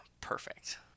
perfect